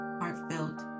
heartfelt